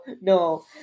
no